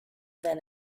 than